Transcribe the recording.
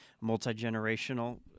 multi-generational